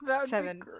Seven